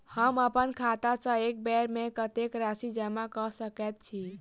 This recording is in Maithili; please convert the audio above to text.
हम अप्पन खाता सँ एक बेर मे कत्तेक राशि जमा कऽ सकैत छी?